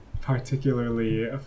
particularly